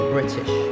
British